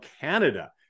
Canada